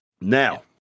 Now